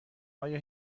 آیا